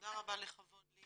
תודה רבה על ההזמנה.